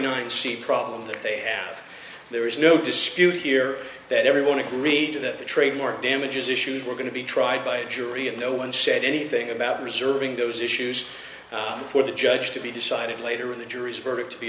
ninth she problem that they are there is no dispute here that everyone agreed to that trademark damages issues were going to be tried by a jury and no one said anything about reserving those issues for the judge to be decided later in the jury's verdict